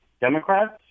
Democrats